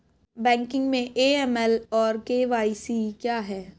Banking में AML और KYC क्या हैं?